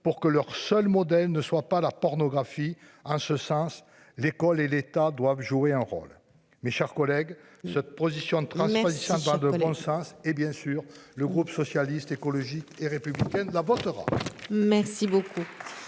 pour que leur seul modèle ne soit pas la pornographie. En ce sens l'école et l'État doivent jouer un rôle. Mes chers collègues, cette position de 33 disposant de bon sens et bien sûr le groupe socialiste, écologiste et républicain de la votera.